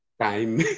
time